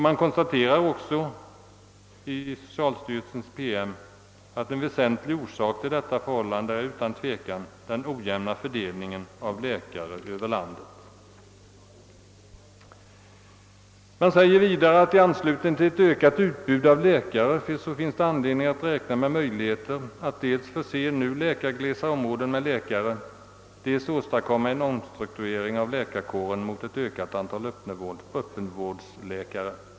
I socialstyrelsens PM sägs också följande: »En väsentlig orsak till detta förhållande är utan tvekan den ojämna fördelning av läkare över landet ———.» I fortsättningen av samma handling skriver man: »I anslutning till ett ökat utbud av läkare finns det anledning att räkna med möjligheter att dels förse nu läkarglesa områden med läkare, dels åstadkomma en omstrukturering av läkarkåren mot ett ökat antal öppenvårdsläkare.